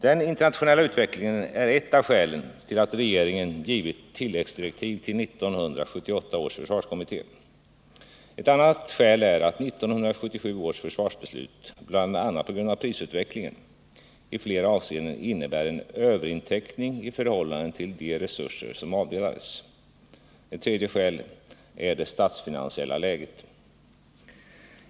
Den internationella utvecklingen är ett av skälen till att regeringen givit tilläggsdirektiv till 1978 års försvarskommitté. Ett annat skäl är att 1977 års försvarsbeslut bl.a. på grund av prisutvecklingen i flera avseenden innebar en överinteckning i förhållande till de resurser som avdelades. Ett tredje skäl är det statsfinansiella läget.